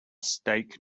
stake